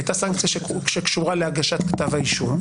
הייתה סנקציה שקשורה להגשת כתב האישום,